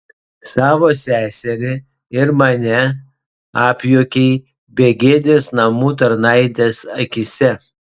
savo seserį ir mane apjuokei begėdės namų tarnaitės akyse